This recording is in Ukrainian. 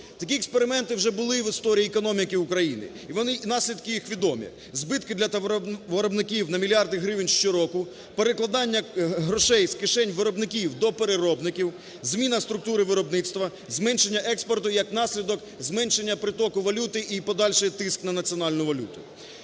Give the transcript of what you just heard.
Такі експерименти вже були в історії економіки України, і вони… наслідки їх відомі: збитки для товаровиробників на мільярди гривень щороку; перекладання грошей з кишень виробників до переробників; зміна структури виробництва; зменшення експорту, як наслідок – зменшення притоку валюти і подальший тиск на національну валюту.